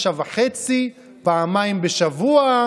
הצבא,